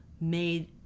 made